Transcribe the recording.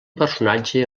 personatge